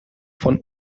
von